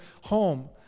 home